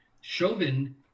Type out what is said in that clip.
Chauvin